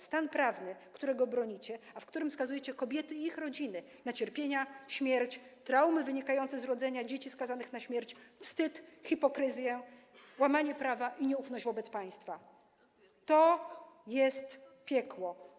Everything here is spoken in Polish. Stan prawny, którego bronicie, a w którym skazujecie kobiety i ich rodziny na cierpienia, śmierć, traumy wynikające z rodzenia dzieci skazanych na śmierć, wstyd, hipokryzję, łamanie prawa i nieufność wobec państwa, to jest piekło.